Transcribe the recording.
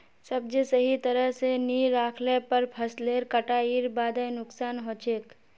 सब्जी सही तरह स नी राखले पर फसलेर कटाईर बादे नुकसान हछेक